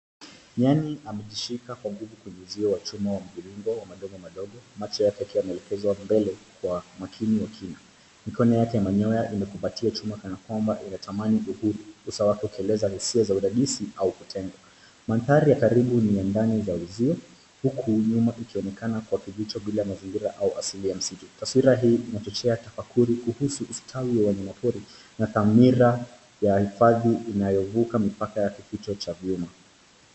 Nyani amejishika kwa nguvu kwenye uzio wa chuma wa mviringo wa madogo madogo macho yake yakiwa yameelekezwa mbele kwa makini wa kina. Mikono yake ya manyoya imekumbatia chuma kana kwamba inatamani uso wake ukieleza hisia za udadisi au kutengwa. Mandhari ya karibu ni ya ndani ya uzio huku nyuma ikionekana kwa kijito bila mazingira au asili ya misitu. Taswira hii inachochea tafakuri kuhusu ustawi wa wanyamapori na thamira ya hifadhi inayovuka mipaka ya kifuko cha vyuma.